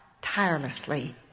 tirelessly